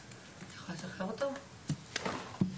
בגלל שלקק"ל יש הרבה יותר שטחים מאשר לרט"ג.